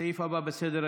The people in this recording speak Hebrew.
הסעיף הבא בסדר-היום,